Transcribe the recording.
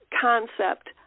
concept